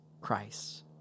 Christ